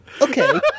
okay